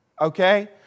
Okay